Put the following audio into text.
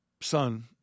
son